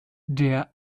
der